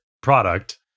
product